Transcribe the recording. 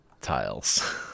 tiles